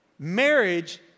Marriage